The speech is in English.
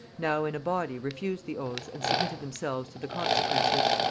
now in a body refused the oaths and submitted themselves to the consequences.